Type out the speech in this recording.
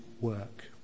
work